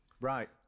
Right